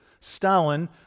Stalin